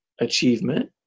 achievement